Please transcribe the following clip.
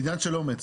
זה עניין של אומץ.